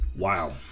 wow